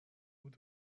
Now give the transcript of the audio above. بود